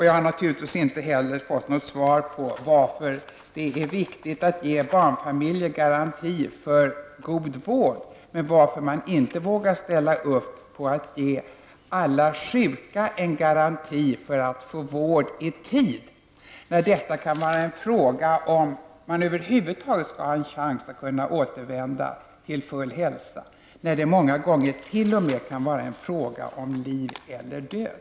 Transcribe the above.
Jag har naturligtvis inte heller fått något svar på varför det är viktigt att man ger barnfamiljer garantier för god vård men inte vågar ställa upp på att ge alla sjuka en garanti för att få vård i tid. Det kan vara fråga om man över huvud taget har en chans att återvända till full hälsa. Många gånger kan det t.o.m. vara en fråga om liv eller död.